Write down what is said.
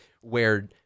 where-